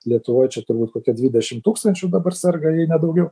lietuvoj čia turbūt kokie dvidešim tūkstančių dabar serga jei ne daugiau